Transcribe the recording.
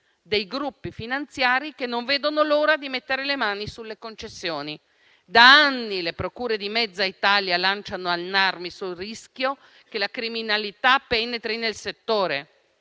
Dei gruppi finanziari che non vedono l'ora di mettere le mani sulle concessioni. Da anni le procure di mezza Italia lanciano allarmi sul rischio che la criminalità penetri nel settore.